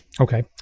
Okay